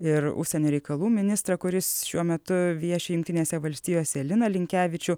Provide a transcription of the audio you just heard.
ir užsienio reikalų ministrą kuris šiuo metu vieši jungtinėse valstijose liną linkevičių